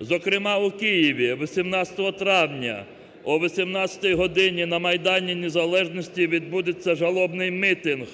Зокрема, в Києві 18 травня о 18 годині на Майдані незалежності відбудеться жалобний мітинг,